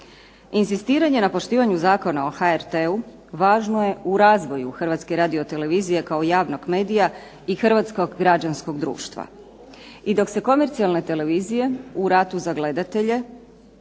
Inzistiranje na poštivanju Zakona o HRT-u važno je u razvoju Hrvatske radiotelevizije kao javnog medija i hrvatskog građanskog društva. I dok se komercijalne televizije u ratu za gledatelje